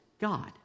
God